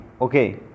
Okay